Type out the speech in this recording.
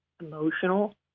Emotional